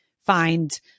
find